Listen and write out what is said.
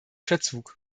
verzug